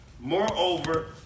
Moreover